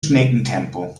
schneckentempo